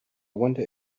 wonder